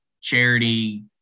charity